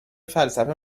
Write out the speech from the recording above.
فلسفه